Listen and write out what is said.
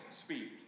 speak